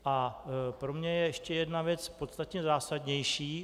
A pro mě je ještě jedna věc podstatně zásadnější.